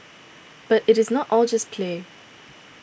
but it is not all just play